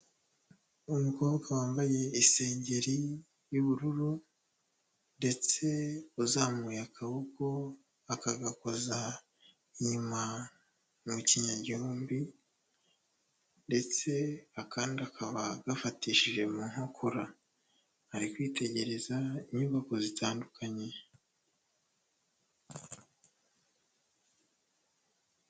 Umukobwa wambaye isengeri y'ubururu ndetse uzamuye akaboko, akagakoza inyuma mu kinyagihumbi ndetse akandi akaba agafatishije mu nkokora ari kwitegereza inyubako zitandukanye.